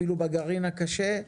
אפילו בגרעין הקשה,